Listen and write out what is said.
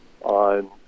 on